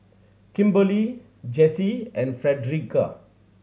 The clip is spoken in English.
Kimberli Jessye and Frederica